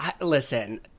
listen